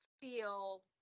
feel